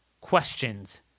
questions